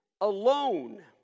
alone